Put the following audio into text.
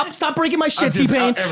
um stop breaking my shit t-pain.